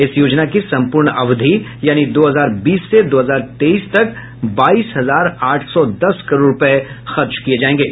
इस योजना की संप्रर्ण अवधि यानी दो हजार बीस से दो हजार तेईस तक बाईस हजार आठ सौ दस करोड़ रुपये खर्च किये जायेंगे